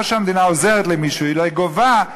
לא שהמדינה עוזרת למישהו אלא היא גובה,